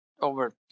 over